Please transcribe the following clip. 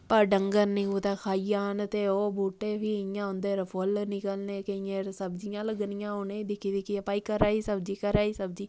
भाई डंगर निं कुतै खाई जान ते ओह् बूह्टे फ्ही इ'यां उं'दे पर फुल्ल निकलने केइयें पर सब्जियां लग्गनियां उ'नें गी दिक्खी दिक्खियै भाई घरै दी सब्जी घरै दी सब्जी